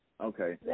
okay